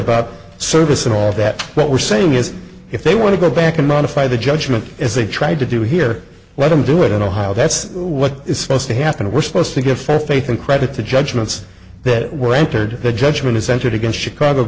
about service and all of that what we're saying is if they want to go back and modify the judgment as they tried to do here let them do it in ohio that's what is supposed to happen we're supposed to give full faith and credit to judgments that were entered the judgment is entered against chicago